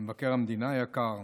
מבקר המדינה היקר,